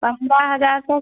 पन्द्रह हज़ार तक